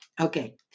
okay